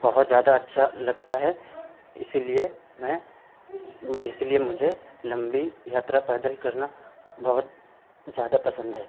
बहुत ज़्यादा अच्छा लगता है इसीलिए मैं इसीलिए मुझे लम्बी यात्रा पैदल करना बहुत ज़्यादा पसंद है